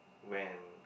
when